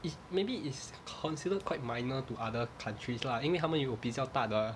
it's maybe it's considered quite minor to other countries lah 因为他们有比较大的